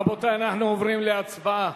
רבותי, אנחנו עוברים להצבעה.